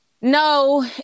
no